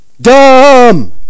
Dumb